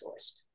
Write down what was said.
sourced